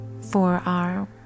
forearm